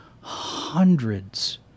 hundreds